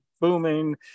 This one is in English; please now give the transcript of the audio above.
booming